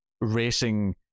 racing